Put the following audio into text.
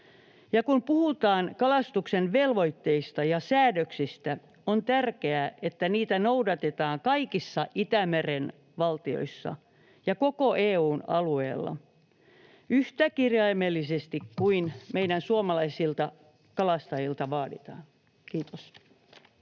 kun puhutaan kalastuksen velvoitteista ja säädöksistä, on tärkeää, että niitä noudatetaan kaikissa Itämeren valtioissa ja koko EU:n alueella yhtä kirjaimellisesti kuin mitä meidän suomalaisilta kalastajilta vaaditaan. — Kiitos.